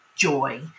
joy